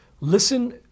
listen